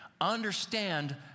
Understand